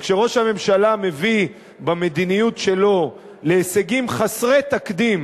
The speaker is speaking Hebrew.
וכשראש הממשלה מביא במדיניות שלו להישגים חסרי תקדים